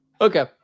Okay